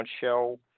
shell